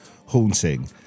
haunting